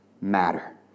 matter